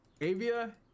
Avia